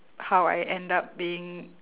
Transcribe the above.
how I end up being